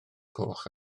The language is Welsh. coch